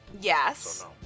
Yes